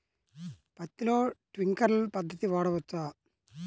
పత్తిలో ట్వింక్లర్ పద్ధతి వాడవచ్చా?